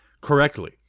correctly